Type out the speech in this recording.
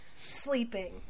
sleeping